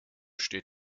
steht